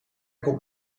komt